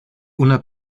una